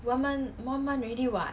one month one month already [what]